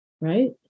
right